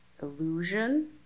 illusion